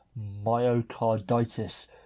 myocarditis